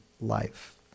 life